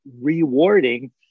rewarding